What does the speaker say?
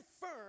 firm